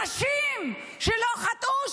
נשים שלא חטאו,